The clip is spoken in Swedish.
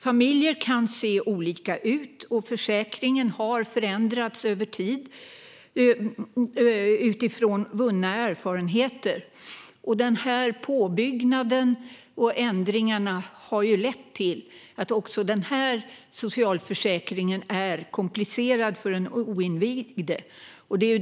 Familjer kan se olika ut, och försäkringen har förändrats över tid utifrån vunna erfarenheter. Påbyggnaden och ändringarna har lett till att också denna socialförsäkring är komplicerad för den oinvigde.